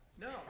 No